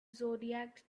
zodiac